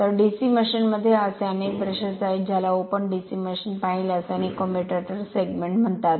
तर डीसी मशिनमध्ये असे अनेक ब्रशेस आहेत ज्याला ओपन डीसी मशीन पाहिल्यास अनेक कम्युटेटर सेगमेंट म्हणतात